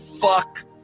Fuck